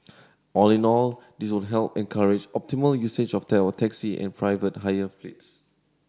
all in all this would help encourage optimal usage of tell taxi and private hire fleets